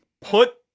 put